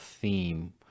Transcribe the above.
theme